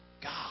God